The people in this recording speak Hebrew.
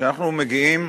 שאנחנו מגיעים